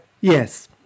Yes